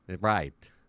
Right